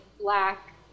black